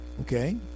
Okay